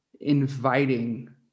inviting